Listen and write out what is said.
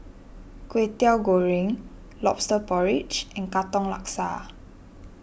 Kwetiau Goreng Lobster Porridge and Katong Laksa